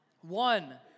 One